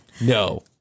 no